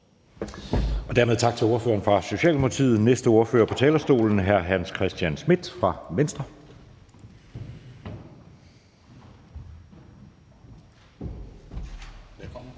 Dermed tak til ordføreren fra Socialdemokratiet. Den næste ordfører på talerstolen er hr. Hans Christian Schmidt fra Venstre.